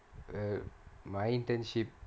err my internship